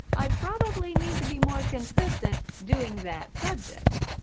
i probably need to be more consistent doing that subject.